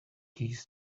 keys